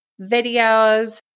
videos